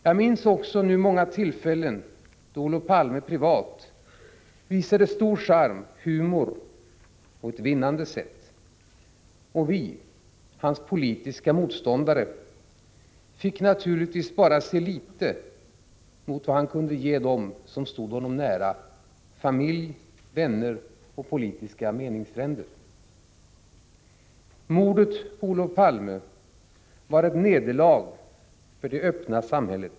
Jag minns också nu många tillfällen då Olof Palme privat visade stor charm, humor och ett vinnande sätt. Och vi, hans politiska motståndare, fick naturligtvis bara se litet mot vad han kunde ge dem som stod honom nära; familj, vänner och politiska meningsfränder. Mordet på Olof Palme var ett nederlag för det öppna samhället.